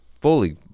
fully